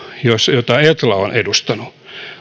jota etla on edustanut